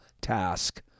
task